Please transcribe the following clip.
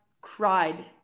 cried